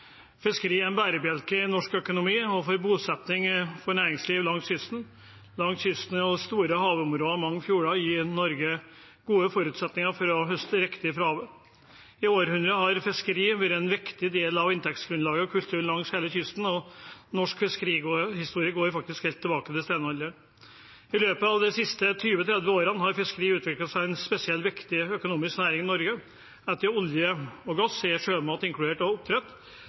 bosetting og næringsliv langs kysten. Store havområder og mange fjorder gir Norge gode forutsetninger for å høste direkte fra havet. I århundrer har fiskeri vært en viktig del av inntektsgrunnlaget og kulturen langs hele kysten. Norsk fiskerihistorie går faktisk helt tilbake til steinalderen. I løpet av de siste 20–30 årene har fiskeri utviklet seg til en spesielt viktig økonomisk næring i Norge. Etter olje og gass er sjømat, inkludert oppdrett, Norges største eksportnæring. Vi er størst innenfor fiskeri i Europa, og